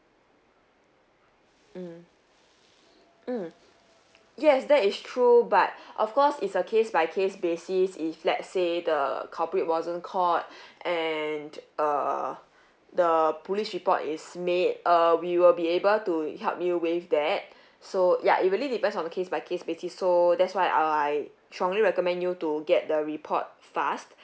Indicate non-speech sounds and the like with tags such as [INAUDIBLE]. mm mm yes that is true but of course it's a case by case basis if let say the culprit wasn't caught [BREATH] and uh the police report is made err we will be able to help you with that so ya it really depends on the case by case basis so that's why I strongly recommend you to get the report fast